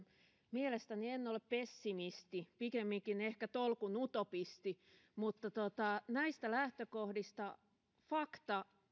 mielestäni en ole pessimisti pikemminkin ehkä tolkun utopisti mutta näistä lähtökohdista fakta